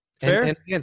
Fair